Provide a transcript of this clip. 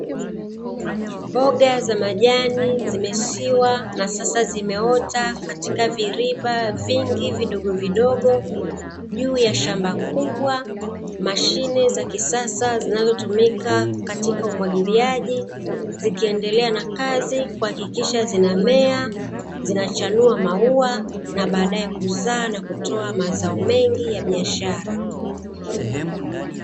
Mboga za majani zimesiwa na sasa zimeota katika viriba vingi vidogovidogo juu ya shamba kubwa , mashine za kisasa zinazotumika katika umwagiliaji zikiendelea na kazi kuhakikisha zina mea, zinachanua maua na badae kuzaa na kutoa mazao mengi ya biashara